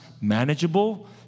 manageable